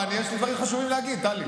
אני יש לי דברים חשובים להגיד, טלי.